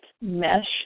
mesh